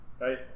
right